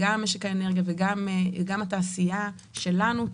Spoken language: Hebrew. גם משק האנרגיה וגם התעשייה שלנו,